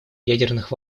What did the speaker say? ядерных